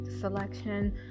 selection